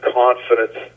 confidence